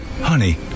Honey